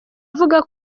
avuga